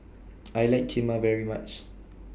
I like Kheema very much